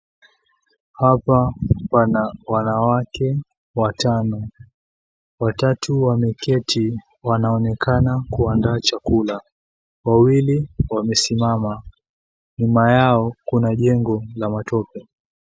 Hapa pana wanawake watano. Watatu wameketi, wanaonekana kuandaa chakula. Wawili wamesimama. Nyuma yao kuna jengo la matope.